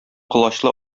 колачлы